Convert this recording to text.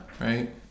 Right